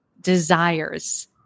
desires